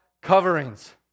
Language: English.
coverings